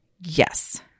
yes